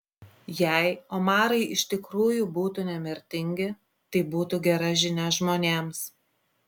jei omarai iš tikrųjų būtų nemirtingi tai būtų gera žinia žmonėms